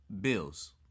Bills